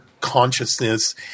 consciousness